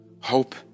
hope